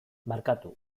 barkatu